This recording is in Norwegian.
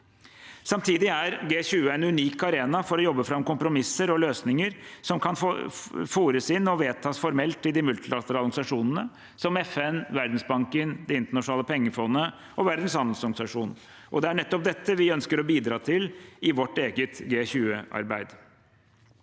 Samtidig er G20 en unik arena for å jobbe fram kompromisser og løsninger som kan fores inn og vedtas formelt i multilaterale organisasjoner som FN, Verdensbanken, Det internasjonale pengefondet og Verdens handelsorganisasjon. Det er nettopp dette vi ønsker å bidra til i vårt eget G20-arbeid.